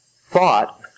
thought